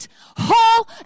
whole